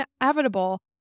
inevitable